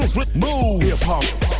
Hip-hop